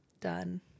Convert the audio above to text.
done